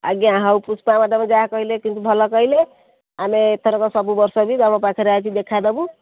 ଆଜ୍ଞା ହେଉ ପୁଷ୍ପା ମ୍ୟାଡ଼ାମ୍ ଯାହା କହିଲେ କିନ୍ତୁ ଭଲ କହିଲେ ଆମେ ଏଥର ସବୁ ବର୍ଷ ବି ତୁମ ପାଖରେ ଆସି ଦେଖା ଦେବୁ